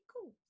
cool